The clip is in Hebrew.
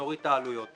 נוריד את העלויות.